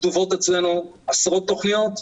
כתובות אצלנו עשרות תוכניות,